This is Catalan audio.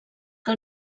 que